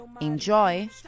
Enjoy